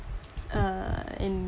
uh and